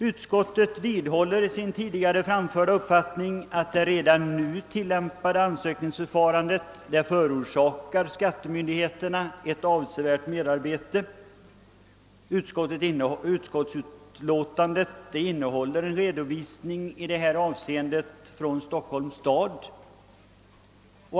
Utskottet vidhåller sin tidigare framförda uppfattning att redan det nu tillämpade ansökningsförfarandet förorsakar skattemyndigheterna ett avsevärt merarbete. Utskottets utlåtande innehåller en redovisning i detta avseende från Stockholms stad.